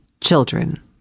children